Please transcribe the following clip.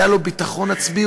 היה לו ביטחון עצמי,